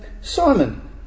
Simon